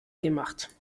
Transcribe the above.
gemacht